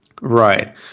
Right